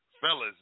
fellas